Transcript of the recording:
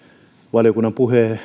valiokunnan